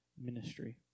ministry